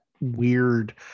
weird